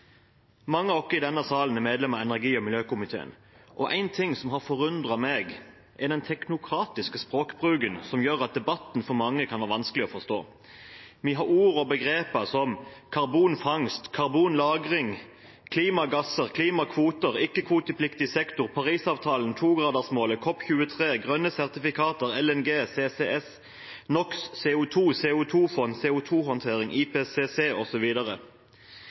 Mange av oss i denne salen er medlem av energi- og miljøkomiteen, og en ting som har forundret meg, er den teknokratiske språkbruken som gjør at debatten for mange kan være vanskelig å forstå. Vi har ord og begreper som karbonfangst, karbonlagring, klimagasser, klimakvoter, ikke-kvotepliktig sektor, Parisavtalen, 2-gradersmålet, COP23, grønne sertifikater, LNG, CCS, NOx, CO 2 , CO 2 -fond, CO 2 -håndtering, IPCC